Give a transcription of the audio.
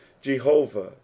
Jehovah